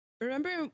remember